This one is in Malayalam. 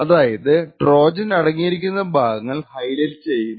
അത് ട്രോജന് അടങ്ങിയിരിക്കുന്ന ഭാഗങ്ങൾ ഹൈലൈറ് ചെയ്യുന്നു